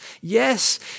Yes